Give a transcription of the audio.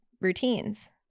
routines